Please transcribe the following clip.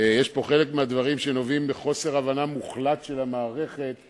חלק מהדברים פה נובעים מחוסר הבנה מוחלט של המערכת.